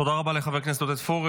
תודה לחבר הכנסת עודד פורר.